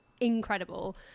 incredible